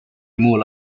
muul